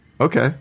Okay